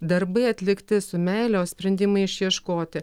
darbai atlikti su meile o sprendimai išieškoti